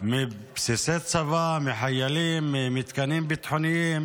מבסיסי צבא, מחיילים, ממתקנים ביטחוניים,